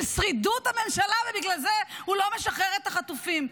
שרידות הממשלה ובגלל זה הוא לא משחרר את החטופים.